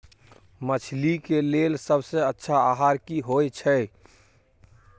मछली के लेल सबसे अच्छा आहार की होय छै?